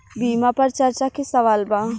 बीमा पर चर्चा के सवाल बा?